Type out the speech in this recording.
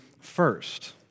first